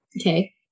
Okay